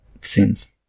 Seems